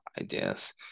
ideas